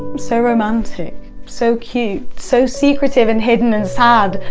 so romantic. so cute. so secretive and hidden and sad!